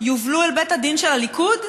יובלו אל בית הדין של הליכוד?